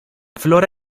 flora